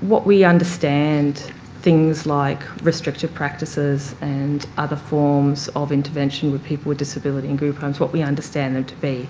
what we understand things like restrictive practices and other forms of intervention with people with disability in group homes, what we understand them to be.